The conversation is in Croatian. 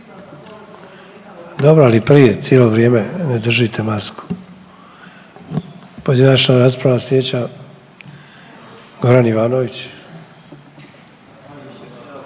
Dobro, ali prije cijelo vrijeme ne držite masku. Pojedinačna rasprava slijedeća Goran Ivanović.